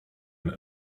and